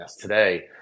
today